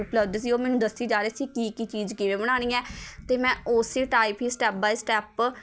ਉਪਲਬਧ ਸੀ ਓਹ ਮੈਨੂੰ ਦੱਸੀ ਜਾ ਰਹੇ ਸੀ ਕੀ ਕੀ ਚੀਜ਼ ਕਿਵੇਂ ਬਣਾਉਣੀ ਹੈ ਅਤੇ ਮੈਂ ਓਸੇ ਟਾਈਪ ਹੀ ਸਟੈੱਪ ਬਾਏ ਸਟੈੱਪ